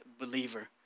believer